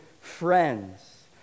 friends